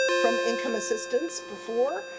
from income assistance before,